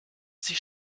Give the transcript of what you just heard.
sich